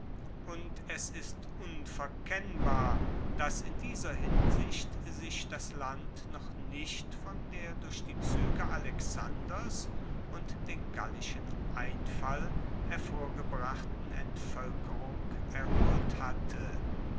und es ist unverkennbar dass in dieser hinsicht sich das land noch nicht von der durch die zuege alexanders und den gallischen einfall hervorgebrachten entvoelkerung erholt hatte